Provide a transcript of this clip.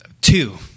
two